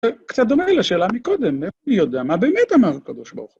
וקצת דומה לשאלה מקודם, איך אני יודע מה באמת אמר הקדוש ברוך הוא.